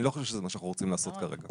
לא חושב שזה מה שאנחנו רוצים לעשות כרגע.